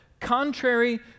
contrary